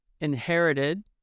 inherited